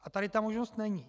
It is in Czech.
A tady ta možnost není.